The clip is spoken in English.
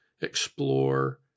explore